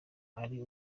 ari